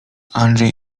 andrzej